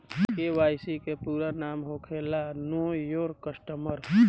KYC के पूरा नाम होखेला नो योर कस्टमर